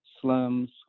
slums